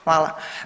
Hvala.